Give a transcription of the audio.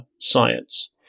science